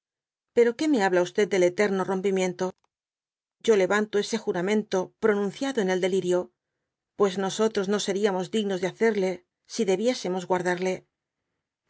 pero que me habla de eterno rompimiento yo leyanto ese juradby google mentó pronunciado en el delirio pues nosotros no seriamos dignos de hacerle si debiésemos guardarle